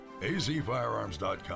azfirearms.com